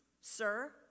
sir